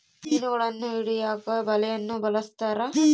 ಮೀನುಗಳನ್ನು ಹಿಡಿಯಕ ಬಲೆಯನ್ನು ಬಲಸ್ಥರ